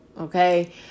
Okay